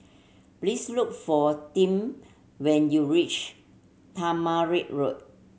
please look for Tim when you reach Tamarind Road